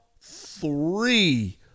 three